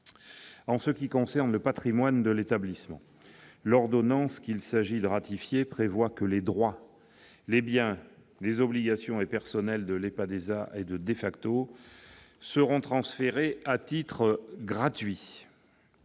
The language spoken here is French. la SGP. S'agissant du patrimoine de l'établissement, l'ordonnance qu'il est question ici de ratifier prévoit que les droits, biens, obligations et personnels de l'EPADESA et de Defacto seront transférés à titre gratuit.